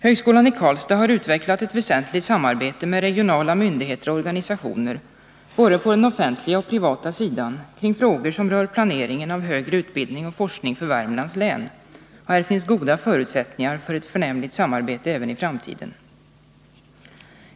Högskolan i Karlstad har utvecklat ett väsentligt samarbete med regionala myndigheter och organisationer, både på den offentliga och på den privata sidan, kring frågor som rör planeringen av högre utbildning och forskning för Värmlands län. Här finns det goda förutsättningar för ett förnämligt samarbete även i framtiden.